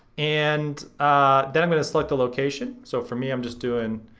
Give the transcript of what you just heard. and then i'm gonna select a location, so for me i'm just doing,